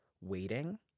waiting